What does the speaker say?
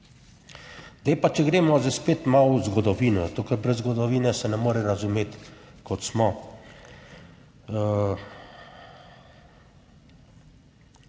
če gremo zdaj spet malo v zgodovino, zato ker brez zgodovine se ne more razumeti, kot smo